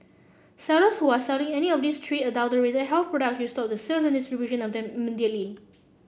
sellers who are selling any of these three adulterated with health products should stop the sales and distribution of them immediately